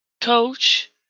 coach